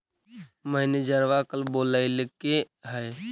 मैनेजरवा कल बोलैलके है?